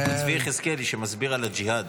צבי יחזקאלי שמסביר על הג'יהאד.